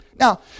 Now